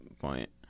point